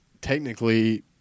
technically